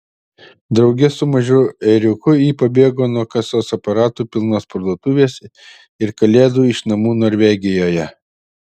drauge su mažu ėriuku ji pabėgo nuo kasos aparatų pilnos parduotuvės ir kalėdų iš namų norvegijoje